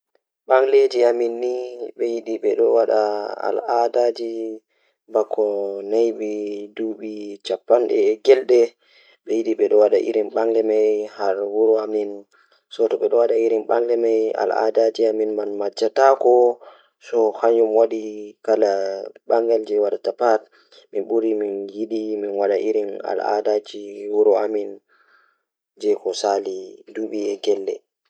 Eey, miɗo waɗa naatude hair e bandi. Miɗo waɗa ko ndun ɓe njooɗi haɓre, ko ɓe njogii ngal naatude ɗum tawa ko faami. E nder ɓe am, ɓe waɗi bandi ka hair tawa ɓe njooɗi ngam duuɓi e jam.